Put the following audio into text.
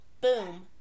Boom